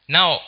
Now